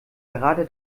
gerade